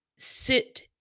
sit